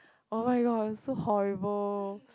oh-my-god so horrible